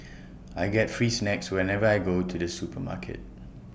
I get free snacks whenever I go to the supermarket